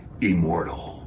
Immortal